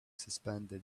suspended